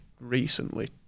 recently